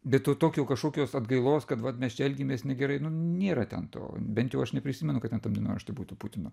bet to tokio kažkokios atgailos kad vat mes čia elgėmės negerai nu nėra ten to bent jau aš neprisimenu kad ten tam dienorašty būtų putino